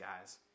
guys